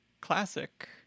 classic